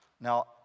Now